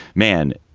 man.